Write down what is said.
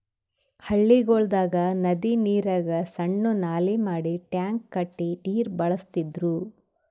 ಹಳ್ಳಿಗೊಳ್ದಾಗ್ ನದಿ ನೀರಿಗ್ ಸಣ್ಣು ನಾಲಿ ಮಾಡಿ ಟ್ಯಾಂಕ್ ಕಟ್ಟಿ ನೀರ್ ಬಳಸ್ತಿದ್ರು